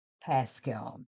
Pascal